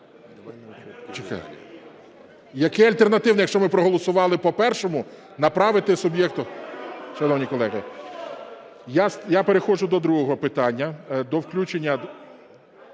Який альтернативний, якщо ми проголосували по першому – направити суб'єкту... Шановні колеги, я переходжу до другого питання, до включення